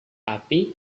api